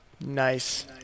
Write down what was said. Nice